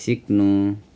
सिक्नु